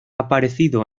aparecido